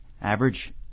Average